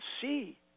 see